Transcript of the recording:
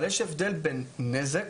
אבל יש הבדל בין נזק